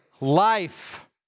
life